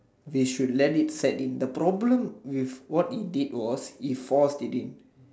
we should let it set in the problem with what it did was before he did